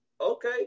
okay